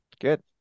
good